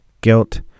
guilt